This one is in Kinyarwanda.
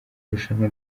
irushanwa